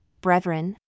brethren